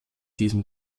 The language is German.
diesem